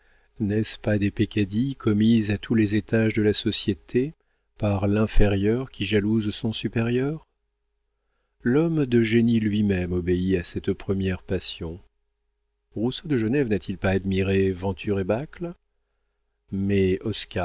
n'est-ce pas des peccadilles commises à tous les étages de la société par l'inférieur qui jalouse son supérieur l'homme de génie lui-même obéit à cette première passion rousseau de genève n'a-t-il pas admiré venture et bacle mais